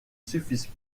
suffisent